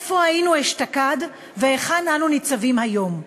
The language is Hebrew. איפה היינו אשתקד והיכן אנו ניצבים היום?